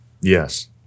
Yes